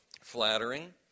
flattering